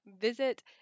visit